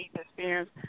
experience